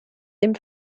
dem